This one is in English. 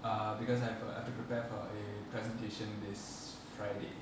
uh because I have err to prepare for a presentation this friday